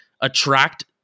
attract